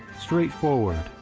straightforward,